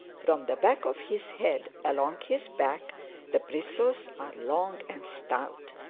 from the back of his head along his back the bristles are long and stout.